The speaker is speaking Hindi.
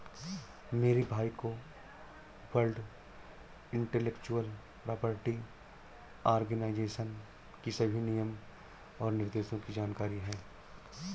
मेरे भाई को वर्ल्ड इंटेलेक्चुअल प्रॉपर्टी आर्गेनाईजेशन की सभी नियम और निर्देशों की जानकारी है